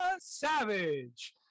Savage